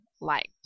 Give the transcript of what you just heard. liked